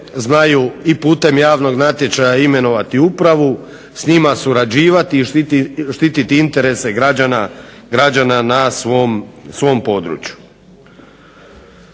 znaju i putem javnog natječaja imenovati upravu, s njima surađivati i štititi interese građana na svom području.